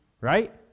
Right